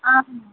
ma'am